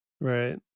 right